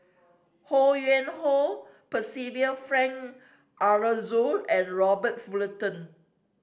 Ho Yuen Hoe Percival Frank Aroozoo and Robert Fullerton